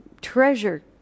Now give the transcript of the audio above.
treasure